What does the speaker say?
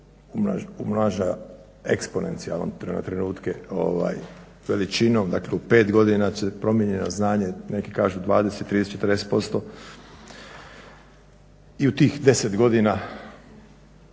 umnaža eksponencijalno na trenutke veličinom, dakle u pet godina će promijenjeno znanje, neki kažu 20, 30, 40% i u tih deset godina